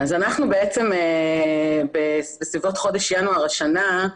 אנחנו בעצם בסביבות חודש ינואר השנה,